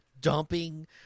dumping